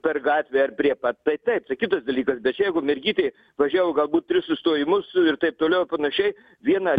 per gatvę ar prie pat tai taip tai kitas dalykas bet čia jeigu mergytė važiavo galbūt tris sustojimus ir taip toliau ir panašiai vieną